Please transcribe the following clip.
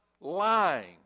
lying